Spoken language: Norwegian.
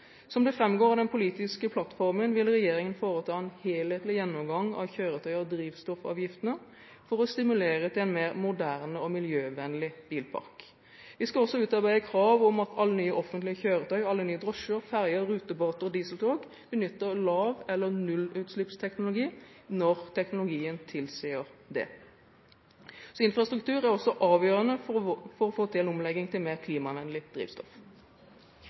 Som det framgår av den politiske plattformen, vil regjeringen foreta en helhetlig gjennomgang av kjøretøy- og drivstoffavgiftene for å stimulere til en mer moderne og miljøvennlig bilpark. Vi skal også utarbeide krav om at alle nye offentlige kjøretøy, alle nye drosjer, ferger, rutebåter og dieseltog benytter lav- eller nullutslippsteknologi når teknologien tilsier det. Infrastruktur er også avgjørende for å få til en omlegging til mer klimavennlig drivstoff.